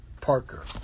Parker